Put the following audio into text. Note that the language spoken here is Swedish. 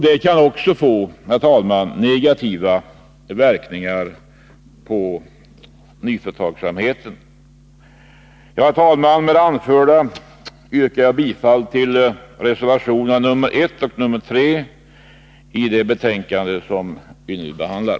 Det kan också, herr talman, få negativa verkningar på nyföretagsamheten. Herr talman! Med det anförda yrkar jag bifall till reservationerna nr I och 3 i det betänkande som vi nu behandlar.